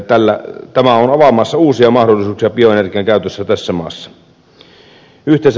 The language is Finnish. tämä on avaamassa uusia mahdollisuuksia bioenergian käytössä tässä maassa